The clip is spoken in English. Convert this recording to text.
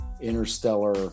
interstellar